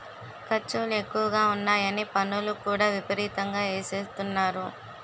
ఖర్చులు ఎక్కువగా ఉన్నాయని పన్నులు కూడా విపరీతంగా ఎసేత్తన్నారు